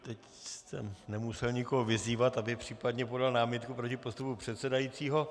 Teď jste nemusel nikoho vyzývat, aby případně podal námitku proti postupu předsedajícího.